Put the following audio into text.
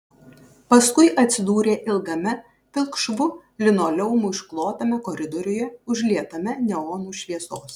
paskui atsidūrė ilgame pilkšvu linoleumu išklotame koridoriuje užlietame neonų šviesos